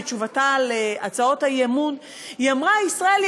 בתשובתה על הצעות האי-אמון: ישראל היא